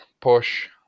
push